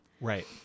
Right